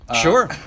Sure